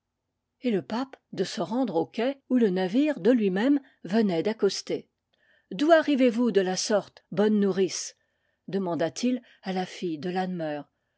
et le pape de se rendre au quai où le navire de lui-même venait d'accoster d'où arrivez vous de la sorte bonne nourrice demandat il à la fille de lanmeur